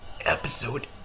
Episode